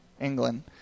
England